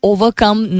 Overcome